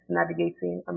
navigating